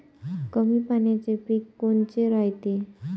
कमी पाण्याचे पीक कोनचे रायते?